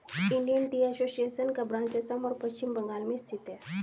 Indian tea association का branch Assam और पश्चिम बंगाल में स्थित है